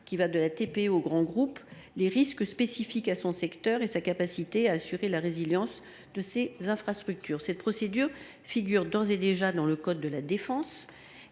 qui va de la TPE au grand groupe, les risques spécifiques à son secteur et sa capacité à assurer la résilience de ses infrastructures. Cette procédure figure d’ores et déjà dans le code de la défense,